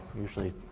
usually